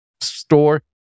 store